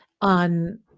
on